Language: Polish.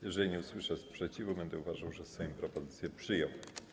Jeżeli nie usłyszę sprzeciwu, będę uważał, że Sejm propozycję przyjął.